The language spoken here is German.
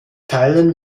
teilen